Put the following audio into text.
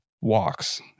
walks